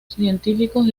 científicos